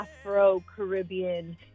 Afro-Caribbean